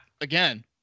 again